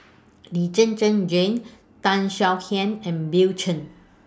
Lee Zhen Zhen Jane Tan Swie Hian and Bill Chen